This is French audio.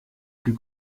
plus